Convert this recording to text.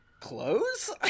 clothes